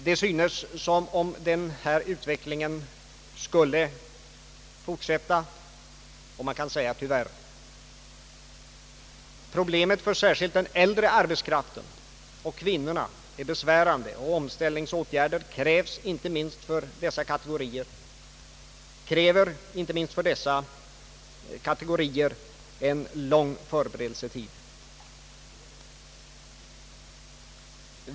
Det synes som om denna utveckling skulle fortsätta och förvärras. Problemet för särskilt den äldre arbetskraften och kvinnorna är besvärande, och omställningsåtgärder kräver, inte minst för dessa kategorier, en lång förberedelsetid.